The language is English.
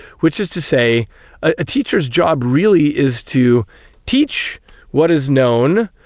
which is to say a teacher's job really is to teach what is known,